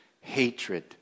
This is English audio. hatred